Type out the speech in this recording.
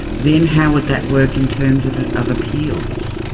then how would that work in terms of and of appeals?